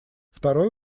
второй